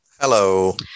Hello